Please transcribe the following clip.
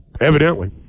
Evidently